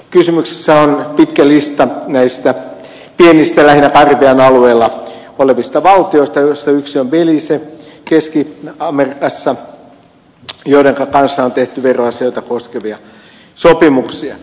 kysymyksessä on pitkä lista pienistä lähinnä karibian alueella olevista valtioista joista yksi on belize keski amerikassa joidenka kanssa on tehty veroasioita koskevia sopimuksia